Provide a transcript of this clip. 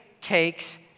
takes